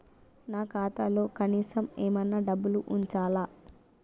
నా ఖాతాలో కనీసం ఏమన్నా డబ్బులు ఉంచాలా?